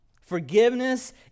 Forgiveness